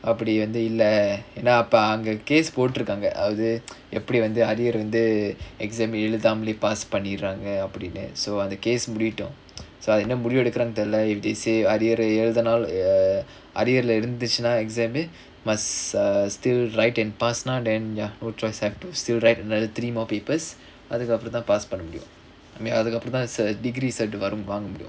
அப்படி வந்து இல்ல ஏனா அப்ப அங்க:appadi vanthu illa yaenaa appa anga case போட்டுருக்காங்க அதாவது எப்படி வந்து:potturukkaanga athaavathu eppadi vanthu arrear வந்து:vanthu exam எழுதாமலே:eluthaamaalae pass பண்ணீறாங்க அப்டினு:panneeraanga apdinu so on the case முடியட்டும்:mudiyattum so அது என்ன முடிவெடுக்குறான் தெரியில:athu enna mudivedukkuraan theriyila if they say arrear lah இருந்துச்சுனா:irunthuchunaa exam must err still write and pass then ya no choice have to still write another three more papers அதுக்கு அப்புறம் தான்:athukku appuram thaan pass பண்ணமுடியும் அதுக்கு அப்புறம் தான்:pannamudiyum athukku appuram thaan degree set வாங்க முடியும்:vaanga mudiyum